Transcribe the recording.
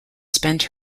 spent